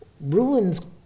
ruins